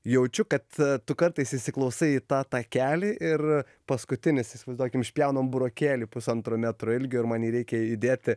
jaučiu kad tu kartais įsiklausai į tą takelį ir paskutinis įsivaizduokim išpjaunam burokėlį pusantro metro ilgio ir man jį reikia įdėti